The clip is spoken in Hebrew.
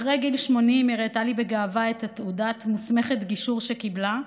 אחרי גיל 80 הראתה לי בגאווה את תעודת "מוסמכת גישור" שקיבלה,